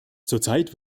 zurzeit